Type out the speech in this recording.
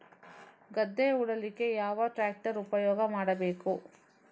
ಗದ್ದೆ ಉಳಲಿಕ್ಕೆ ಯಾವ ಟ್ರ್ಯಾಕ್ಟರ್ ಉಪಯೋಗ ಮಾಡಬೇಕು?